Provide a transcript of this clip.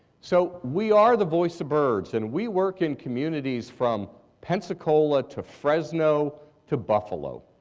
so we are the voice of birds and we work in communities from pensacola to fresno to buffalo.